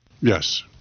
yes